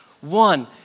One